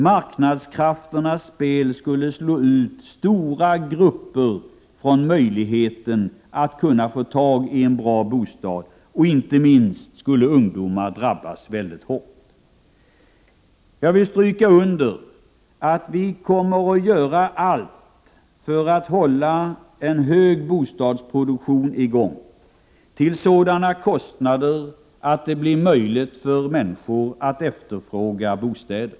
Marknadskrafternas spel skulle slå ut stora grupper när det gäller möjligheten att få tag i en bra bostad. Inte minst skulle ungdomar drabbas mycket hårt. Jag vill stryka under att regeringen kommer att göra allt för att hålla en stor bostadsproduktion i gång och till sådana kostnader att det blir möjligt för människor att efterfråga bostäder.